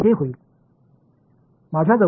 எனவே இது ஆகிறது